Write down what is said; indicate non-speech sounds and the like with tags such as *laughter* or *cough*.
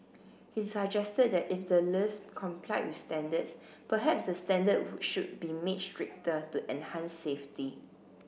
he suggested that if the lift complied with standards perhaps the standard *noise* should be made stricter to enhance safety